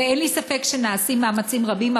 ואין לי ספק שנעשים מאמצים רבים.